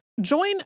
Join